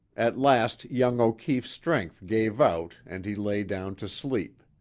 at last young o'keefe's strength gave out and he lay down to sleep.